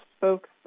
folks